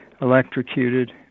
electrocuted